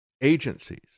agencies